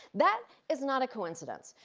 that is not a coincidence.